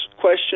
question